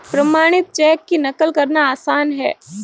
प्रमाणित चेक की नक़ल करना आसान है